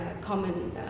common